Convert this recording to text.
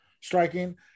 striking